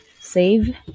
save